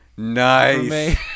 nice